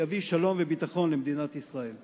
ויביא שלום וביטחון למדינת ישראל.